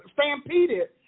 stampeded